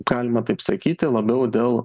galima taip sakyti labiau dėl